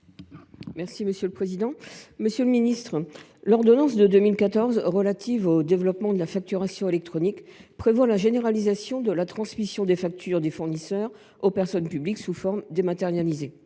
de la souveraineté industrielle et numérique. L’ordonnance de 2014 relative au développement de la facturation électronique prévoit la généralisation de la transmission des factures des fournisseurs aux personnes publiques sous forme dématérialisée.